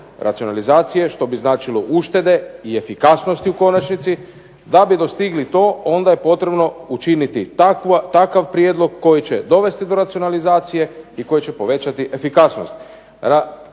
racionalizacije, što bi značilo uštede i efikasnosti u konačnici, da bi dostigli to, onda je potrebno učiniti takav prijedlog koji će dovesti do racionalizacije, i koji će povećati efikasnost.